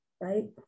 Right